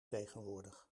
tegenwoordig